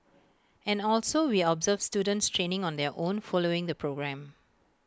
and also we observe students training on their own following the programme